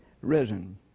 risen